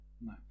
No